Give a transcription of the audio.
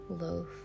loaf